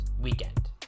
weekend